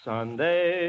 Sunday